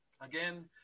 Again